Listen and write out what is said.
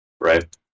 right